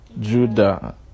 Judah